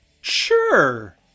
Sure